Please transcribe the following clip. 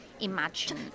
imagine